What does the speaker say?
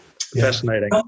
Fascinating